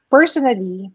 Personally